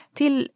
till